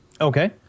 Okay